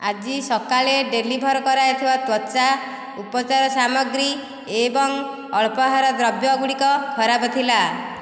ଆଜି ସକାଳେ ଡେଲିଭର୍ କରାଯାଇଥିବା ତ୍ଵଚା ଉପଚାର ସାମଗ୍ରୀ ଏବଂ ଅଳ୍ପାହାର ଦ୍ରବ୍ୟଗୁଡ଼ିକ ଖରାପ ଥିଲା